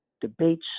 debates